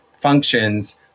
functions